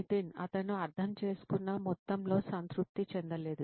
నితిన్ అతను అర్థం చేసుకున్న మొత్తంలో సంతృప్తి చెందలేదు